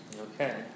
Okay